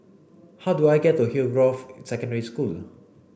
how do I get to Hillgrove Secondary School